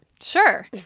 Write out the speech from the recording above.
Sure